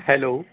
hello